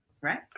Right